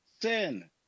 sin